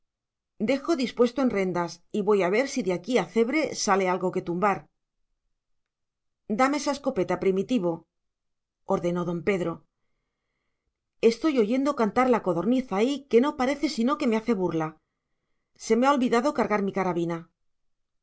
dejo dispuesto en rendas y voy a ver si de aquí a cebre sale algo que tumbar dame esa escopeta primitivo ordenó don pedro estoy oyendo cantar la codorniz ahí que no parece sino que me hace burla se me ha olvidado cargar mi carabina